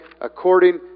according